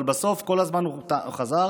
בסוף כל הזמן הוא חזר: